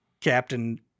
captain